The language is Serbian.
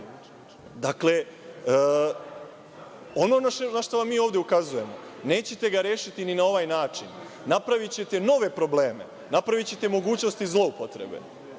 problem? Ono na šta mi ovde ukazujemo, nećete ga rešiti ni na ovaj način. napravićete nove probleme, napravićete mogućnosti zloupotrebe.